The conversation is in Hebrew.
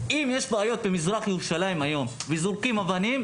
אם יש בעיות במזרח ירושלים היום וזורקים אבנים,